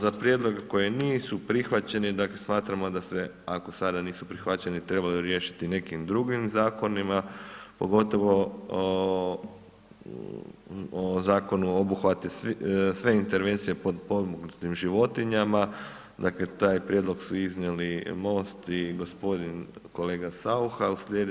Za prijedlog koje nisu prihvaćeni, dakle, smatramo, da se, ako sada nisu prihvaćeni, trebalo riješiti nekim drugim zakonima, pogotovo o zakonu o obuhvatu, sve intervencije … životinjama, dakle, taj prijedlog su iznijeli Most i gospodin kolega Saucha.